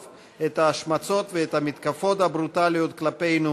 את ההשמצות ואת המתקפות הברוטליות כלפינו